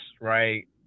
Right